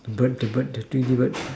bird bird the thing give bird